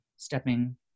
stepping